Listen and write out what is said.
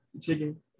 Chicken